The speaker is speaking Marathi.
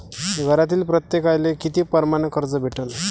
घरातील प्रत्येकाले किती परमाने कर्ज भेटन?